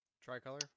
Tricolor